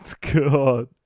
God